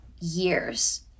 years